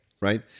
right